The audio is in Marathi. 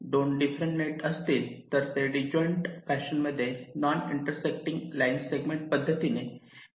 2 डिफरंट नेट असतील तर ते डिस्जॉईन्ट फॅशन मध्ये नॉन इंटरसेक्टींग लाईन सेगमेंट पद्धतीने लेड आऊट केले पाहिजे